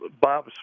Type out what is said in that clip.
bob